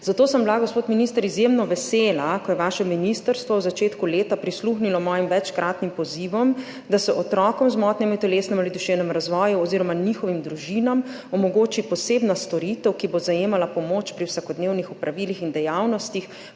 Zato sem bila, gospod minister, izjemno vesela, ko je vaše ministrstvo na začetku leta prisluhnilo mojim večkratnim pozivom, da se otrokom z motnjami v telesnem ali duševnem razvoju oziroma njihovim družinam omogoči posebna storitev, ki bo zajemala pomoč pri vsakodnevnih opravilih in dejavnostih,